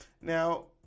Now